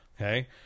Okay